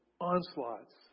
onslaughts